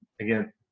Again